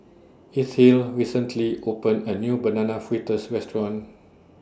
Ethyle recently opened A New Banana Fritters Restaurant